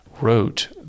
wrote